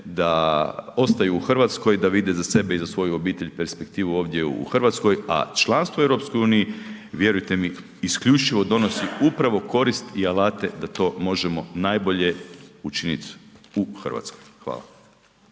da ostanu u Hrvatskoj da vide za sebe i za svoju obitelj perspektivu ovdje u Hrvatskoj. A članstvo u EU vjerujte mi, isključivo donosi korist i alate da to možemo najbolje učiniti u Hrvatskoj. Hvala.